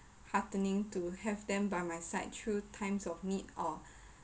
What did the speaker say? heartening to have them by my side through times of need or